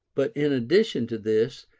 but in addition to this,